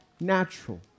natural